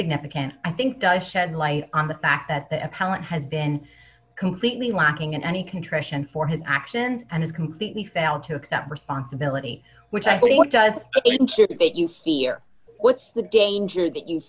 significant i think does shed light on the fact that the appellant has been completely lacking in any contrition for his actions and has completely failed to accept responsibility which i think what does that you fear what's the danger that you